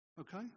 Okay